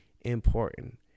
important